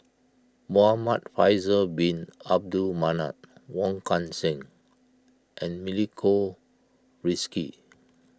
Muhamad Faisal Bin Abdul Manap Wong Kan Seng and Milenko Prvacki